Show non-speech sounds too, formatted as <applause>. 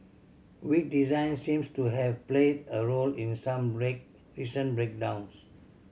weak design seems to have played a role in some <unintelligible> recent breakdowns